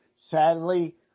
sadly